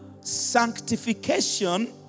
sanctification